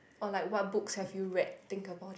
or like what books have you read think about it